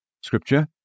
Scripture